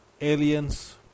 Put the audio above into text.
aliens